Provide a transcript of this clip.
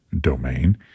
domain